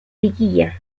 liguilla